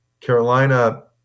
Carolina